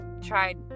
tried